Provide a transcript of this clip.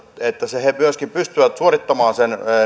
että he myöskin pystyvät suorittamaan